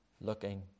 looking